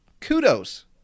kudos